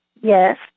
yes